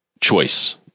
choice